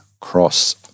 Cross